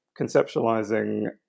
conceptualizing